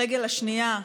הרגל השנייה,